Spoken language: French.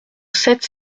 sept